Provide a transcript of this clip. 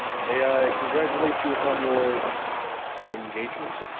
may i congratulate you upon your engagement?